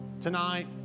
tonight